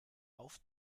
auf